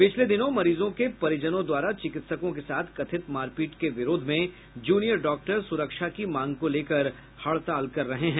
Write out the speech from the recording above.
पिछले दिनों मरीजों के परिजनों द्वारा चिकित्सकों के साथ कथित मारपीट के विरोध में जूनियर डॉक्टर सुरक्षा की मांग को लेकर हड़ताल कर रहे हैं